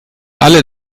alle